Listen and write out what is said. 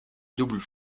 double